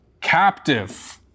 Captive